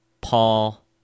Paul